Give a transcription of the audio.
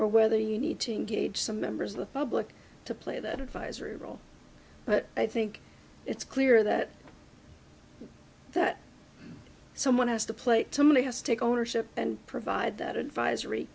or whether you need to engage some members of the public to play that advisory role but i think it's clear that that someone has the plate to make us take ownership and provide that advisory